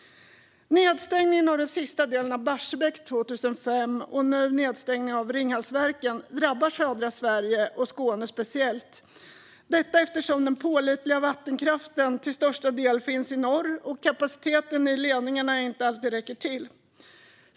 Nedstängningen av den sista delen av Barsebäck år 2005 och nedstängningen av Ringhalsverken nu drabbar södra Sverige och Skåne speciellt - detta eftersom den pålitliga vattenkraften till största delen finns i norr och eftersom kapaciteten i ledningarna inte alltid räcker till.